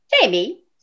Jamie